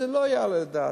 לא יעלה על הדעת.